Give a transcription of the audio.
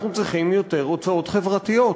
אנחנו צריכים יותר הוצאות חברתיות.